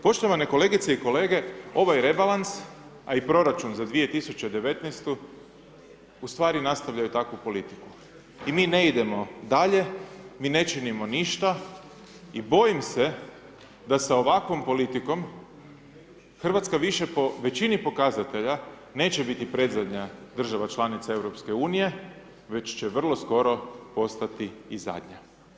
Poštovane kolegice i kolege, ovaj rebalans, a i proračun za 2019.-tu, ustvari nastavljaju takvu politiku, i mi ne idemo dalje, mi ne činimo ništa i bojim se da sa ovakvom politikom Hrvatska više po većini pokazatelja neće biti predzadnja država članica Europske unije, već će vrlo skoro postati i zadnja.